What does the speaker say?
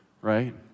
right